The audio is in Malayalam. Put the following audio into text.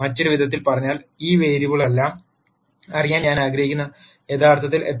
മറ്റൊരു വിധത്തിൽ പറഞ്ഞാൽ ഈ വേരിയബിളുകളെല്ലാം അറിയാൻ ഞാൻ ആഗ്രഹിക്കുന്നു യഥാർത്ഥത്തിൽ എത്ര പേർ സ്വതന്ത്ര വേരിയബിളുകളാണ്